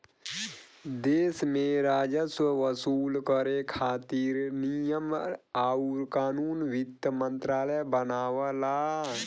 देश में राजस्व वसूल करे खातिर नियम आउर कानून वित्त मंत्रालय बनावला